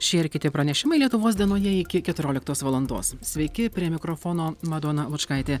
šie ir kiti pranešimai lietuvos dienoje iki keturioliktos valandos sveiki prie mikrofono madona lučkaitė